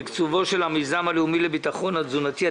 תקצובו של המיזם הלאומי לביטחון תזונתי.